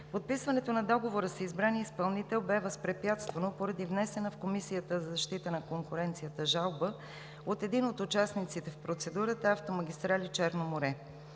Подписването на договора с избрания изпълнител бе възпрепятствано поради внесена в Комисията за защита на конкуренцията жалба от един от участниците в процедурата „Автомагистрали – Черно море“.